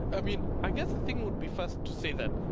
i mean, i guess the thing would be first to say that,